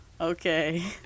Okay